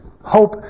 Hope